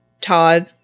todd